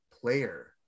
player